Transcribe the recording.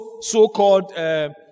so-called